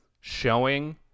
showing